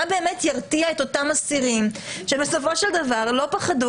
מה באמת ירתיע את אותם אסירים שבסופו של דבר לא פחדו